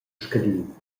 scadin